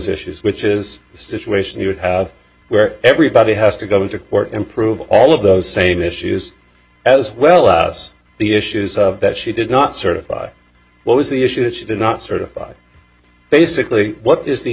issues which is the situation you would have where everybody has to go into court and prove all of those same issues as well us the issues that she did not certify what was the issue that she did not certify basically what is the